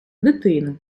дитину